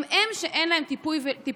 גם הם, שאין להם טיפול וליווי.